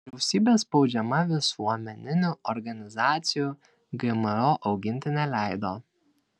vyriausybė spaudžiama visuomeninių organizacijų gmo auginti neleido